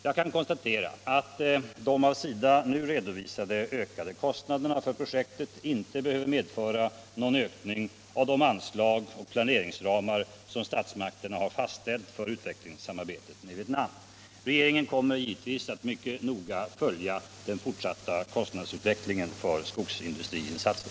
Jag kan konstatera att de av SIDA nu redovisade ökade kostnaderna för projektet inte behöver medföra någon ökning av de anslag och planeringsramar som statsmakterna har fastställt för utvecklingssamarbete med Vietnam. Regeringen kommer givetvis att mycket noga följa den vidare kostnadsutvecklingen för skogsindustriinsatsen.